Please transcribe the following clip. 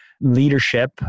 leadership